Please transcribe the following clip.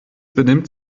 benimmt